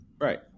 Right